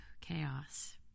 chaos